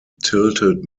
tilted